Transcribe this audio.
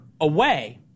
away